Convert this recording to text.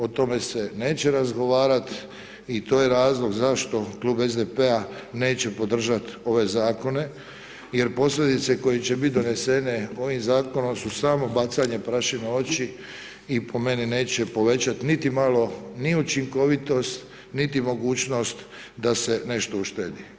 O tome se neće razgovarati i to je razlog zašto klub SDP-a neće podržati ove zakone jer posljedice koje će biti donesene ovim zakonom su samo bacanje prašine u oči i po meni, neće povećati nit imalo, ni učinkovitost niti mogućnost da se nešto uštedi.